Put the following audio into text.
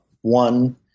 one